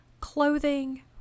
Clothing